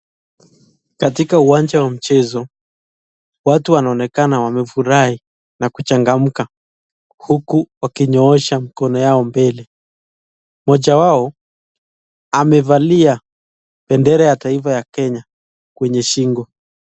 Katika uwanja wa michezo, watu wanaonekana wamefurahi na kuchangamka huku wakinyoosha mikono yao mbele. Mmoja wao, amevalia bendera ya taifa ya Kenya kwenye shingo.